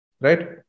right